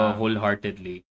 Wholeheartedly